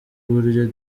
uburyo